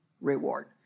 reward